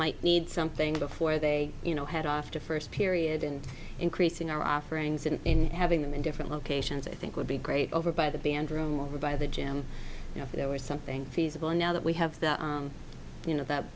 might need something before they you know head off to first period and increasing our offerings in having them in different locations i think would be great over by the band room over by the gym you know there was something feasible and now that we have that you know that